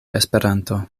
esperanto